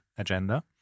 agenda